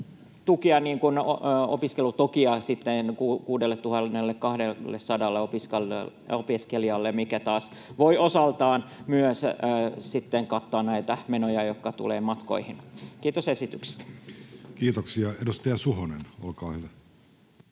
voi saada 6 200 opiskelijaa, mikä taas voi osaltaan myös sitten kattaa näitä menoja, jotka tulevat matkoihin. — Kiitos esityksestä. Kiitoksia. — Edustaja Suhonen, olkaa hyvä.